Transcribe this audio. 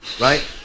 Right